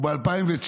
וב-2019,